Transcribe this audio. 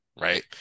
Right